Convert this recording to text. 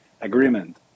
agreement